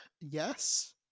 yes